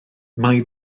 mae